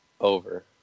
Over